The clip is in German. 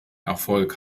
erfolg